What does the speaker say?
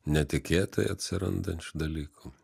netikėtai atsirandančių dalykų